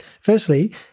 firstly